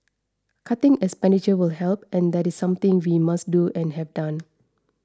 cutting expenditure will help and that is something we must do and have done